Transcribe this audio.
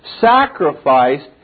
sacrificed